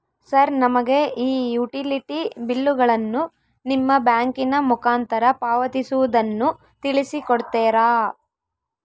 Sir ನಮಗೆ ಈ utility ಬಿಲ್ಲುಗಳನ್ನು ನಿಮ್ಮ ಬ್ಯಾಂಕಿನ ಮುಖಾಂತರ ಪಾವತಿಸುವುದನ್ನು ತಿಳಿಸಿ ಕೊಡ್ತೇರಾ?